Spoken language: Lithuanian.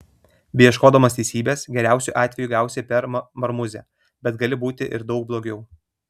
beieškodamas teisybės geriausiu atveju gausi per marmuzę bet gali būti ir daug blogiau